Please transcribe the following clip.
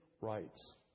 rights